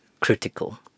critical